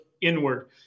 inward